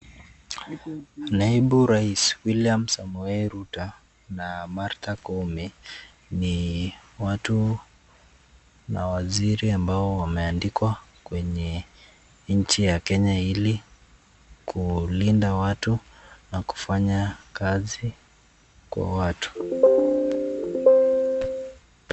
Naibu rais, William Samoei Ruto, na Martha Koome, ni watu na waziri ambao wameandikwa kwenye nchi ya Kenya ili, kulinda watu, na kufanya kazi kwa watu.